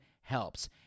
helps